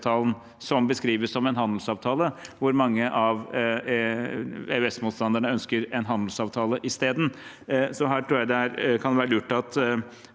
som beskrives som en handelsavtale, hvor mange av EØS-motstanderne ønsker en handelsavtale isteden. Her tror jeg det kan være lurt at